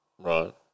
Right